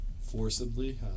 forcibly